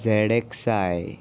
Z X I